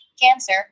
Cancer